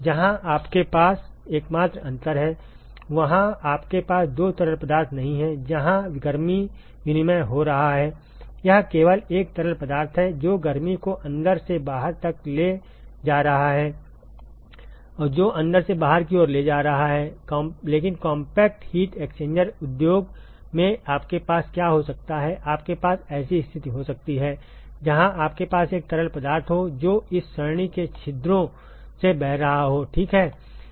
जहां आपके पास एकमात्र अंतर है वहां आपके पास दो तरल पदार्थ नहीं हैं जहां गर्मी विनिमय हो रहा है यह केवल एक तरल पदार्थ है जो गर्मी को अंदर से बाहर तक ले जा रहा है जो अंदर से बाहर की ओर ले जा रहा है लेकिन कॉम्पैक्ट हीट एक्सचेंज उद्योग में आपके पास क्या हो सकता हैआपके पास ऐसी स्थिति हो सकती है जहां आपके पास एक तरल पदार्थ हो जो इस सरणी के छिद्रों से बह रहा हो ठीक है